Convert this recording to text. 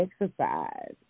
Exercise